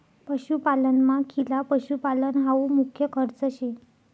पशुपालनमा खिला पशुपालन हावू मुख्य खर्च शे